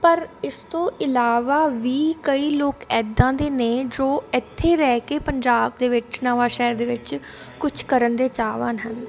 ਪਰ ਇਸ ਤੋਂ ਇਲਾਵਾ ਵੀ ਕਈ ਲੋਕ ਇੱਦਾਂ ਦੇ ਨੇ ਜੋ ਇੱਥੇ ਰਹਿ ਕੇ ਪੰਜਾਬ ਦੇ ਵਿੱਚ ਨਵਾਂਸ਼ਹਿਰ ਦੇ ਵਿੱਚ ਕੁਛ ਕਰਨ ਦੇ ਚਾਹਵਾਨ ਹਨ